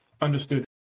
Understood